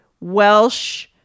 Welsh